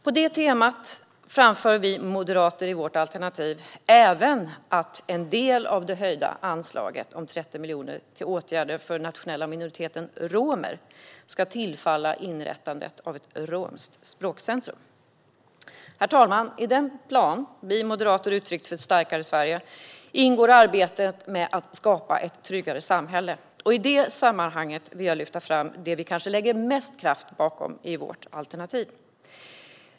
På det temat framför vi moderater i vårt alternativ även att en del av det höjda anslaget om 30 miljoner till åtgärder för den nationella minoriteten romer ska tillfalla inrättandet av ett romskt språkcentrum. Herr talman! I den plan vi moderater har uttryckt för ett starkare Sverige ingår arbetet med att skapa ett tryggare samhälle. I det sammanhanget vill jag lyfta fram det vi kanske lägger mest kraft bakom i vårt alternativ.